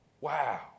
Wow